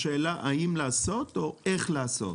השאלה היא אם לעשות או איך לעשות?